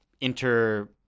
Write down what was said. inter